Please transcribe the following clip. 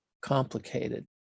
complicated